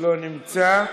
לא נמצא,